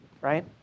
Right